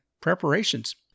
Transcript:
preparations